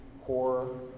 horror